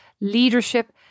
leadership